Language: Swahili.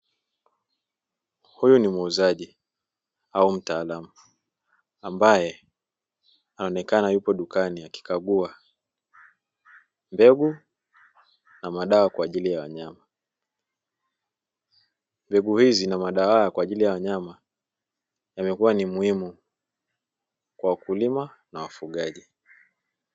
Huyu ni muuzaji au mtaalamu ambaye anaonekana yupo dukani akikagua mbegu na madawa kwa ajili ya wanyama. Mbegu hizi na madawa haya kwa ajili ya wanyama yamekuwa ni muhimu kwa wakulima na wafugaji.